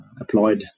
applied